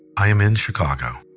i am in chicago.